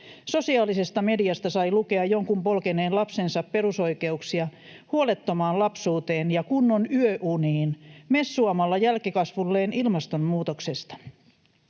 Sosiaalisesta mediasta sai lukea jonkun polkeneen lapsensa perusoikeuksia huolettomaan lapsuuteen ja kunnon yöuniin messuamalla jälkikasvulleen ilmastonmuutoksesta.